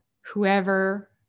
whoever